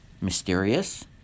mysterious